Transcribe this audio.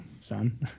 son